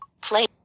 Play